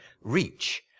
reach